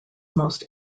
most